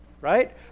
right